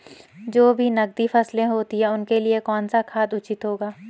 जो भी नकदी फसलें होती हैं उनके लिए कौन सा खाद उचित होगा?